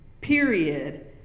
Period